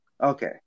Okay